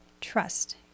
Trust